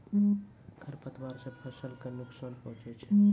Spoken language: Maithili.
खरपतवार से फसल क नुकसान पहुँचै छै